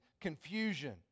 confusion